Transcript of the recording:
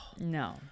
no